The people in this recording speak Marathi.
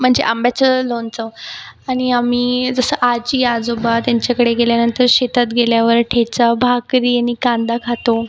म्हणजे आंब्याचं लोणचं आणि आम्ही जसं आजी आजोबा त्यांच्याकडे गेल्यानंतर शेतात गेल्यावर ठेचा भाकरी आणि कांदा खातो